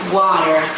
water